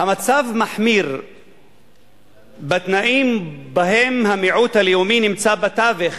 המצב מחמיר בתנאים שבהם המיעוט הלאומי נמצא בתווך,